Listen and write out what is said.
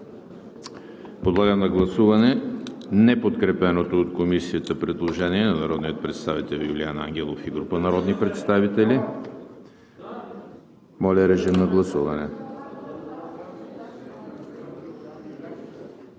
Подлагам на гласуване неподкрепеното от Комисията предложение на народния представител Юлиан Ангелов и група народни представители за редакцията